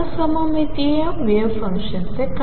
असममितीय वेव्ह फंक्शनचे काय